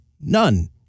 none